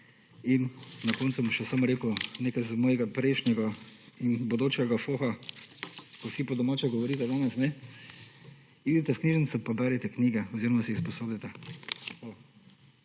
in na koncu bom samo še rekel, nekaj z mojega prejšnjega in bodočega foha, ko vsi po domače govorite danes. Idite v knjižnico, pa berite knjige oziroma si jih sposodite.